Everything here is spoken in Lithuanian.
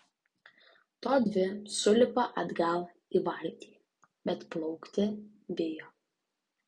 todvi sulipa atgal į valtį bet plaukti bijo